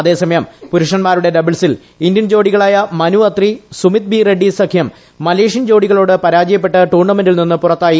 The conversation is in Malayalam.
അതേസമയം പുരുഷന്മാരുടെ ഡബിൾസിൽ ഇന്ത്യൻ ജോഡികളായ മനു അത്രി സുമിത് ബി റെഡ്സി സഖ്യം മലേഷ്യൻ ജോഡികളോട് പരാജയപ്പെട്ട് ടൂർണമെന്റിൽ നിന്ന് പുറത്തായി